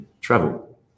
travel